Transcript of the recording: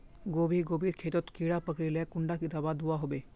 गोभी गोभिर खेतोत कीड़ा पकरिले कुंडा दाबा दुआहोबे?